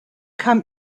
kam